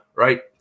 Right